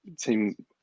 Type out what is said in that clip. team